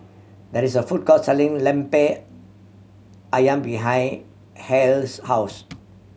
there is a food court selling Lemper Ayam behind Hale's house